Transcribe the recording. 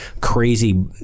crazy